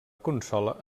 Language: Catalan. consola